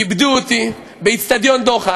כיבדו אותי באצטדיון "דוחה".